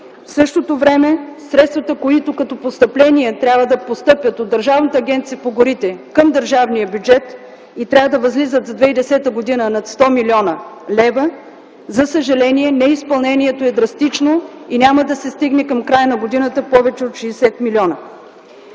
В същото време средствата, които като постъпления трябва да постъпят от Държавната агенция по горите към държавния бюджет и трябва да възлизат за 2010 г. над 100 млн. лв., за съжаление неизпълнението е драстично и няма да стигне към края на годината повече от 60 милиона.